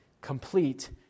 complete